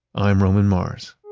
i'm roman mars